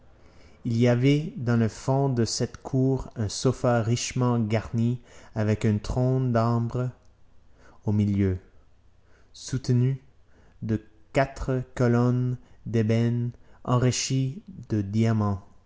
il y avait dans le fond de cette cour un sofa richement garni avec un trône d'ambre au milieu soutenu de quatre colonnes d'ébène enrichies de diamants